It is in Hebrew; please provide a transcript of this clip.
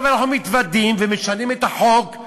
ועכשיו אנחנו מתוודים ומשנים את החוק,